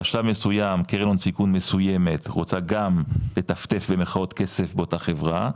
בשלב מסוים קרן הון סיכון מסוימת רוצה גם "לטפטף כסף" באותה חברה,